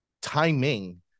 timing